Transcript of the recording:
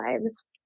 lives